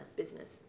business